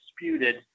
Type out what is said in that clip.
disputed